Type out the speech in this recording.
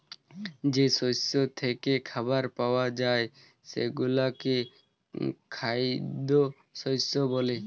যে শস্য থ্যাইকে খাবার পাউয়া যায় সেগলাকে খাইদ্য শস্য ব্যলে